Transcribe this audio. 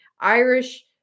Irish